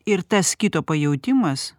ir tas kito pajautimas